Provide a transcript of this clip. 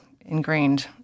ingrained